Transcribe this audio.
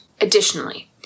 Additionally